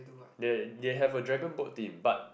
they they have a dragon boat team but